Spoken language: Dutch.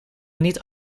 niet